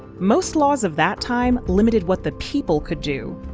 most laws of that time limited what the people could do,